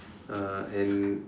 uh and